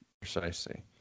Precisely